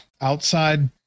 outside